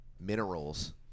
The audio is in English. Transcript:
minerals